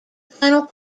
final